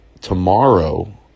tomorrow